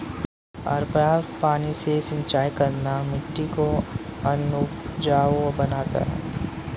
अपर्याप्त पानी से सिंचाई करना मिट्टी को अनउपजाऊ बनाता है